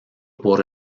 por